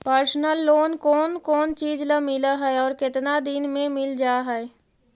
Personal loan कोन कोन चिज ल मिल है और केतना दिन में मिल जा है?